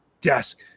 desk